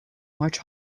much